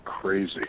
crazy